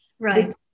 Right